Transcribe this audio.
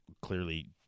clearly